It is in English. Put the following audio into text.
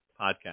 podcast